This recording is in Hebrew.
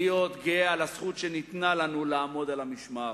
גאה בזכות שניתנה לנו לעמוד על המשמר.